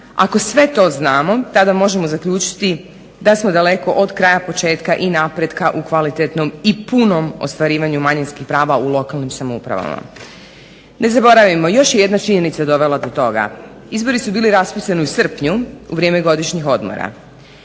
Ako sve to znamo tada možemo zaključiti da smo daleko od kraja početka i na pretka u kvalitetnom i punom ostvarivanju manjinskih prava u lokalnim samoupravama. Ne zaboravimo, još je jedna činjenica dovela do toga. Izbori su bili raspisani u srpnju u vrijeme godišnjih odmora.